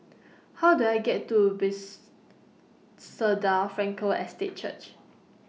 How Do I get to Base soda Frankel Estate Church